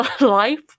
life